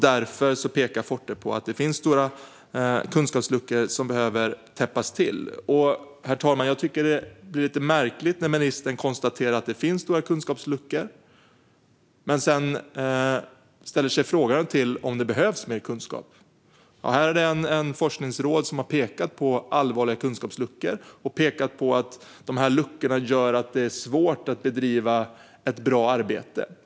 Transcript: Forte pekar på att det finns stora kunskapsluckor, som behöver täppas till. Herr talman! Jag tycker att det blir lite märkligt när ministern konstaterar att det finns stora kunskapsluckor men sedan ställer sig frågande till om det behövs mer kunskap. Ett forskningsråd har alltså pekat på allvarliga kunskapsluckor och på att dessa luckor gör det svårt att bedriva ett bra arbete.